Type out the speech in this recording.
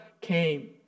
came